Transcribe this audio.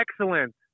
excellent